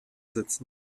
setzen